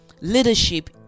leadership